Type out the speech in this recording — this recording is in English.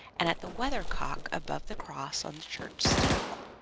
and at the weather-cock above the cross on the church-steeple.